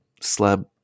slab